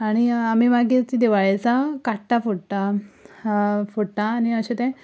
आनी आमी मागीर दिवाळे दिसा काट्टा फोडटा फोडटा आनी अशें तें